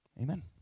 Amen